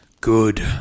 Good